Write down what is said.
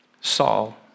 Saul